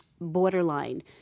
borderline